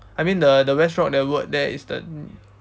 I mean the the west rock the road there is the